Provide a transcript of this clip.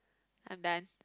I'm done